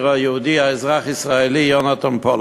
היהודי האזרח הישראלי יונתן פולארד.